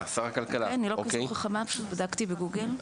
אני לא כזו חכמה פשוט בדקתי ב- Google.